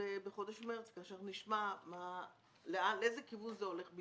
בחודש מרס כאשר נשמע בדיוק לאיזה כיוון זה הולך,